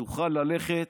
תוכל ללכת